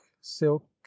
silk